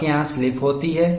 आपके यहां स्लिप होती है